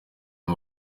ayo